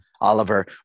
Oliver